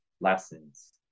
lessons